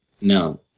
No